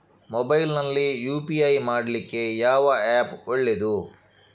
Mobile ನಲ್ಲಿ UPI ಮಾಡ್ಲಿಕ್ಕೆ ಯಾವ ಆ್ಯಪ್ ಒಳ್ಳೇದು?